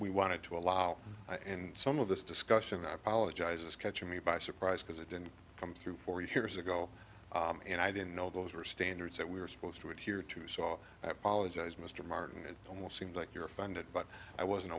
we wanted to allow and some of this discussion i apologize is catch me by surprise because it didn't come through for you here's a go and i didn't know those were standards that we were supposed to adhere to saw apologize mr martin it almost seemed like you're offended but i wasn't